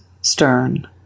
stern